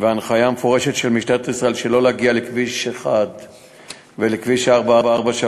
וההנחיה המפורשת של משטרת ישראל שלא להגיע לכביש 1 ולכביש 443,